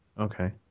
okay